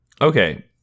Okay